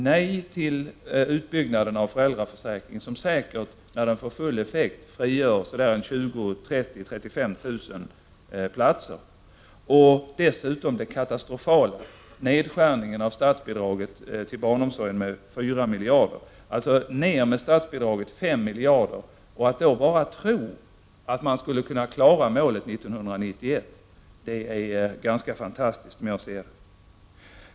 Nej till en utbyggnad av föräldraförsäkringen — som säkert, med full effekt, skulle frigöra 20 000, 30 000 eller 35 000 platser. Sedan har vi också det som är så katastrofalt, nämligen nedskärningen av statsbidraget till barnomsorgen med 4 miljarder. Statsbidraget skall alltså minskas med 5 miljarder. Att då tro att man kan klara målet 1991 är ganska fantastiskt, som jag ser det.